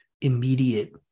immediate